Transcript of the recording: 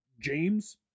James